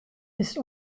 ist